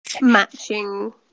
matching